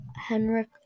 Henrik